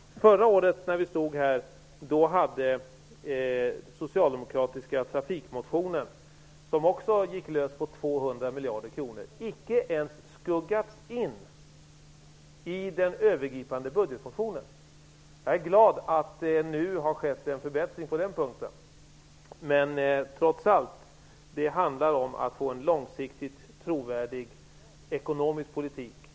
Förra året hade Socialdemokraterna ett förslag i en trafikpolitisk motion som gick lös på 200 miljarder och som icke ens skuggats in i den övergripande budgetmotionen. Jag är glad att det nu har skett en förbättring på den punkten. Trots allt handlar det om att föra en långsiktigt trovärdig ekonomisk politik.